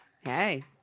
hey